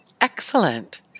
Excellent